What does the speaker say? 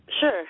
Sure